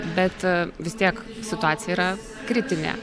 bet vis tiek situacija yra kritinė